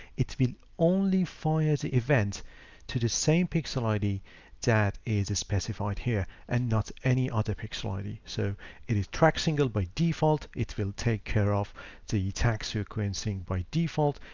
it only fires the event to the same pixel id that is specified here and not any other pixel id. so it is track single by default it will take care of the tax reacquainting by default.